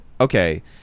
okay